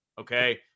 okay